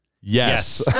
Yes